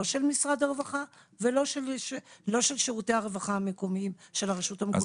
משרד הרווחה ולא של שירותי הרווחה המקומיים של הרשות המקומית.